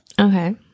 okay